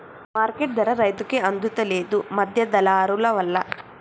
market ధర రైతుకు అందుత లేదు, మధ్య దళారులవల్ల